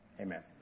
Amen